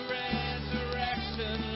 resurrection